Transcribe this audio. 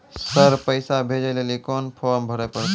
Sir पैसा भेजै लेली कोन फॉर्म भरे परतै?